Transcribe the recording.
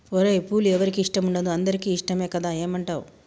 ఓరై పూలు ఎవరికి ఇష్టం ఉండదు అందరికీ ఇష్టమే కదా ఏమంటావ్